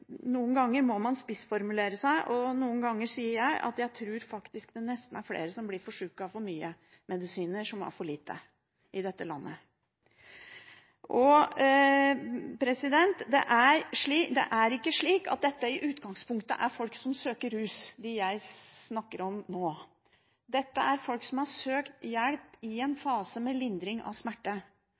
Noen ganger må man spissformulere seg, og noen ganger sier jeg at jeg tror faktisk det nesten er flere som blir syke av for mye medisiner enn av for lite i dette landet. De jeg snakker om nå, er ikke folk som søker rus. Dette er folk som har søkt hjelp i en fase med lindring av smerte,